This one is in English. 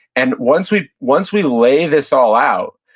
and once we once we lay this all out,